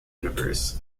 universe